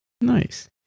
Nice